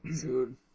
Dude